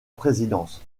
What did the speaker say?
présidence